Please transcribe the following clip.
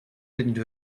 into